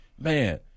Man